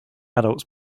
adults